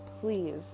please